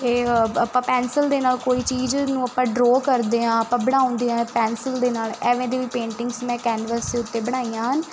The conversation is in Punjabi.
ਇਹ ਆਪਾਂ ਪੈਨਸਲ ਦੇ ਨਾਲ ਕੋਈ ਚੀਜ਼ ਨੂੰ ਆਪਾਂ ਡਰੋ ਕਰਦੇ ਹਾਂ ਆਪਾਂ ਬਣਾਉਂਦੇ ਆ ਪੈਨਸਲ ਦੇ ਨਾਲ ਐਵੇਂ ਦੇ ਵੀ ਪੇਂਟਿੰਗਸ ਮੈਂ ਕੈਨਵਸ ਦੇ ਉੱਤੇ ਬਣਾਈਆਂ ਹਨ